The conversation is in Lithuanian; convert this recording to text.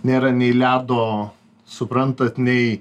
nėra nei ledo suprantat nei